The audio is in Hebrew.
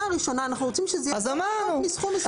הראשונה אנחנו רוצים שזה יהיה כתוב בסכום מסוים.